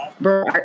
Bro